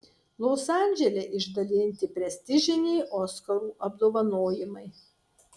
los andžele išdalinti prestižiniai oskarų apdovanojimai